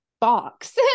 box